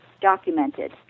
documented